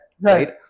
Right